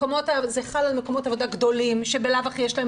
זה חל על מקומות עבודה גדולים שבלאו הכי יש להם